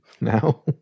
Now